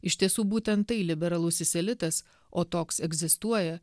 iš tiesų būtent tai liberalusis elitas o toks egzistuoja